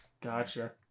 Gotcha